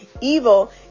evil